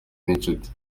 n’inshuti